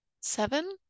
seven